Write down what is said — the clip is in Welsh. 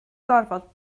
gorfod